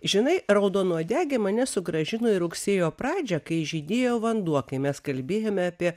žinai raudonuodegė mane sugrąžino ir rugsėjo pradžią kai žydėjo vanduo kai mes kalbėjome apie